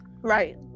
Right